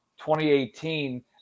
2018